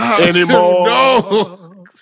anymore